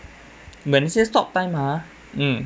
when you say stop time ah